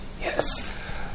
Yes